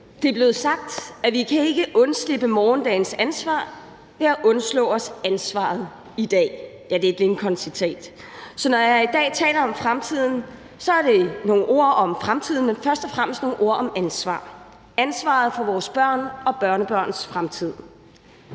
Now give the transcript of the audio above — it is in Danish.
Det er blevet sagt, at vi ikke kan undslippe morgendagens ansvar ved at undslå os ansvaret i dag. Det er et Lincoln-citat. Så når jeg i dag taler om fremtiden, er det først og fremmest nogle ord om ansvar, ansvaret for vores børn og børnebørns fremtid.